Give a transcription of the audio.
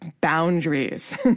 boundaries